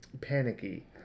panicky